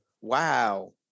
Wow